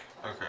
Okay